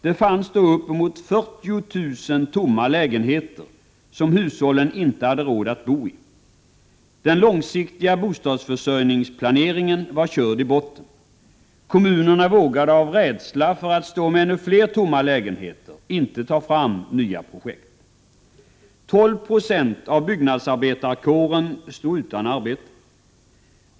Det fanns då uppemot 40 000 tomma lägenheter, som hushållen inte hade råd att bo i. Den långsiktiga bostadsförsörjningsplaneringen var körd i botten. Kommunerna vågade, av rädsla för att stå med ännu fler tomma lägenheter, inte ta fram nya projekt. 12 960 av byggnadsarbetarkåren stod utan arbete.